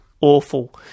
awful